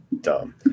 dumb